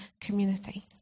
community